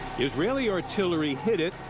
israeli artillery hit it,